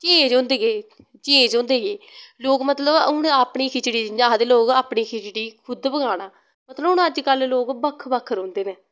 change होंदे गे change होंदे गे लोग मतलव हून अपनी खिचड़ी जियां आखदे लोग अपनी खिचड़ी खुद्द पकाना मतलव हून अजल्ल लोग बक्ख बक्ख रौंह्दे नै